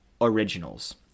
originals